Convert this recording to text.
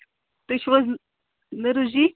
تُہۍ چھِو حظ لٔروٗ جی